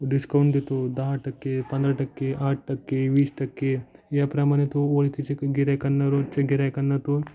discount देतो दहा टक्के पंधरा टक्के आठ टक्के वीस टक्के याप्रमाणे तो ओळखीचे गिऱ्हाईकांना रोजचे गिऱ्हाईकांना तो